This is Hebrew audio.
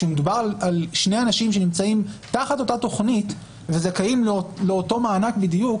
כשמדובר על שני אנשים שנמצאים תחת אותה תכנית וזכאים לאותו מענק בדיוק